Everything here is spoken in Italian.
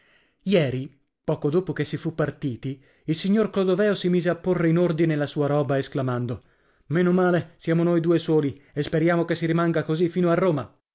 ieri poco dopo che si fu partiti il signor clodoveo si mise a porre in ordine la sua roba esclamando meno male siamo noi due soli e speriamo che si rimanga così fino a roma